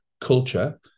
culture